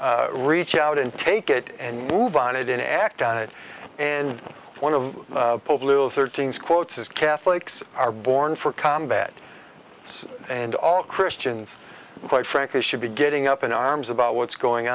just reach out and take it and move on it and act on it and one of the little thirteen's quotes is catholics are born for combat and all christians quite frankly should be getting up in arms about what's going